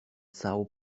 são